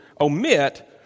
omit